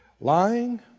Lying